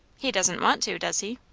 he doesn't want to, does he?